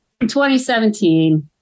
2017